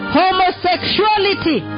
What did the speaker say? homosexuality